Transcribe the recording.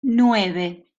nueve